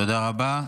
תודה רבה.